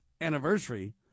anniversary